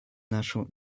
нашу